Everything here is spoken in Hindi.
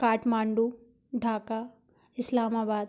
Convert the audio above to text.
काठमांडू ढाका इस्लामाबाद